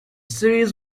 series